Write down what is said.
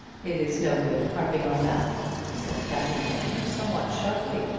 it is no good harping on that, said captain aylmer, somewhat sharply.